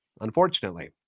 unfortunately